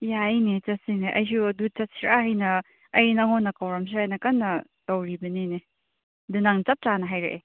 ꯌꯥꯏꯅꯦ ꯆꯠꯁꯤꯅꯦ ꯑꯩꯁꯨ ꯑꯗꯨ ꯆꯠꯁꯤꯔꯥ ꯍꯥꯏꯅ ꯑꯩ ꯅꯉꯣꯟꯗ ꯀꯧꯔꯝꯁꯤꯔꯥꯅ ꯀꯟꯅ ꯇꯧꯔꯤꯕꯅꯤꯅꯦ ꯑꯗꯨ ꯅꯪ ꯆꯞ ꯆꯥꯅ ꯍꯥꯏꯔꯛꯑꯦ